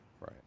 right